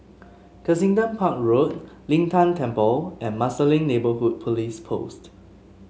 Kensington Park Road Lin Tan Temple and Marsiling Neighbourhood Police Post